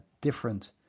different